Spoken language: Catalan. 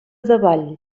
davall